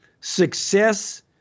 success